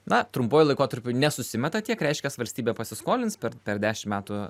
na trumpuoju laikotarpiu nesusimeta tiek reiškia valstybė pasiskolins per per dešim metų